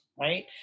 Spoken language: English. Right